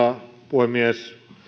puhemies